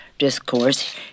Discourse